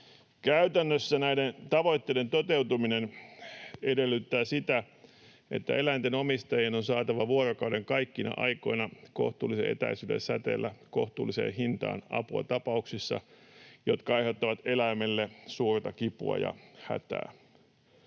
Käytännössä näiden tavoitteiden toteutuminen edellyttää sitä, että eläinten omistajien on saatava vuorokauden kaikkina aikoina kohtuullisen etäisyyden säteellä kohtuulliseen hintaan apua tapauksissa, jotka aiheuttavat eläimelle suurta kipua ja hätää.